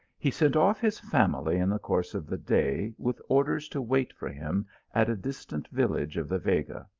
he sent off his family in the course of the day, with orders to wait for him at a distant village of the vega.